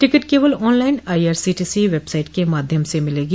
ticket केवल online IRCTC website के माध्यम से मिलेगी